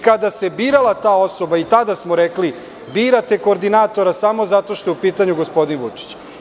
Kada se birala ta osoba, tada smo rekli – birate koordinatora samo zato što je upitanju gospodin Vučić.